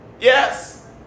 Yes